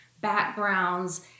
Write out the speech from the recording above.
backgrounds